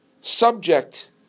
subject